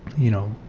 you know,